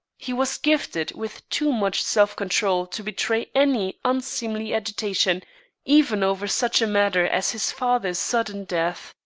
he was gifted with too much self-control to betray any unseemly agitation even over such a matter as his father's sudden death.